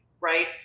right